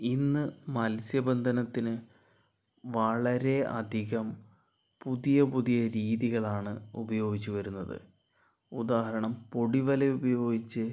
ഇന്ന് മത്സ്യ ബന്ധനത്തിന് വളരെ അധികം പുതിയ പുതിയ രീതികൾ ആണ് ഉപയോഗിച്ച് വരുന്നത് ഉദാഹരണം പൊടി വല ഉപയോഗിച്ച്